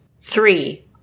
Three